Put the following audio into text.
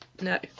No